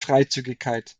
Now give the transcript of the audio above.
freizügigkeit